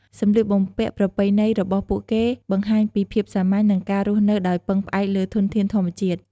សម្លៀកបំពាក់ប្រពៃណីរបស់ពួកគេបង្ហាញពីភាពសាមញ្ញ និងការរស់នៅដោយពឹងផ្អែកលើធនធានធម្មជាតិ។